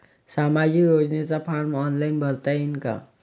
सामाजिक योजनेचा form online भरता येईन का?